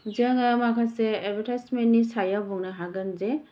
जोङो माखासे एदभार्टाइसमेन्टनि सायाव बुंनो हागोन जे